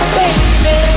baby